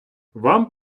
вам